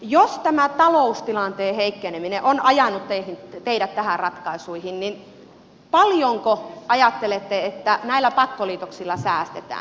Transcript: jos tämä taloustilanteen heikkeneminen on ajanut teidät näihin ratkaisuihin niin paljonko ajattelette että näillä pakkoliitoksilla säästetään